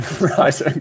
Right